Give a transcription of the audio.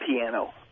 piano